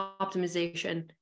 optimization